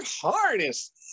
hardest